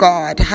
God